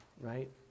right